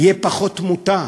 תהיה פחות תמותה.